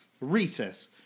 Recess